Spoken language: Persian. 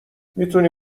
میتونی